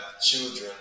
children